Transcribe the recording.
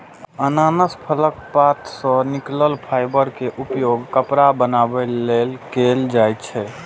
अनानास फलक पात सं निकलल फाइबर के उपयोग कपड़ा बनाबै लेल कैल जाइ छै